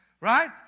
Right